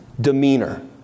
demeanor